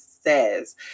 says